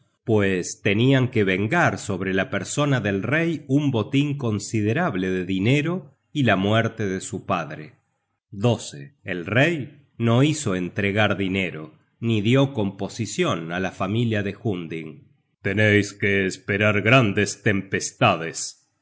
pues tenian que vengar sobre la persona del rey un botin considerable de dinero y la muerte de su padre el rey no hizo entregar dinero ni dió composicion á la familia de hunding teneis que esperar grandes tempestades les